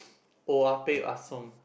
oya-beh-ya-som